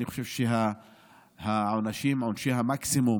אני חושב שהעונשים, עונשי המקסימום